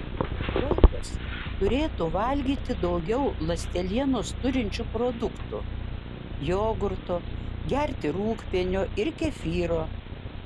vaikas turėtų valgyti daugiau ląstelienos turinčių produktų jogurto gerti rūgpienio ir kefyro